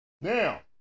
Now